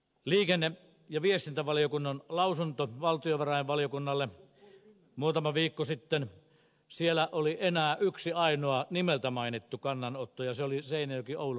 liikenne ja viestintävaliokunnan lausunnossa valtiovarainvaliokunnalle muutama viikko sitten oli enää yksi ainoa nimeltä mainittu kannanotto ja se oli seinäjokioulu rautatie